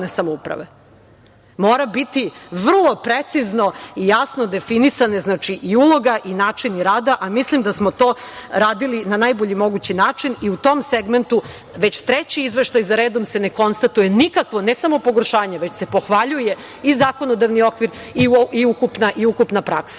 Mora biti vrlo precizno i jasno definisane i uloga i načini rada, a mislim da smo to radili na najbolji mogući način i u tom segmentu već treći izveštaj za redom se ne konstatuje nikakvo ne samo pogoršanje, već se pohvaljuje i zakonodavni okvir i ukupna praksa.